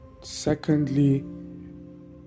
secondly